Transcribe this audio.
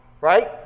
Right